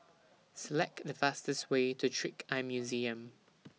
Select The fastest Way to Trick Eye Museum